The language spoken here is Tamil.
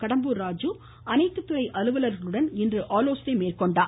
கடம்பூர் ராஜு அனைத்து துறை அலுவலர்களுடன் இன்று ஆலோசனை மேற்கொண்டார்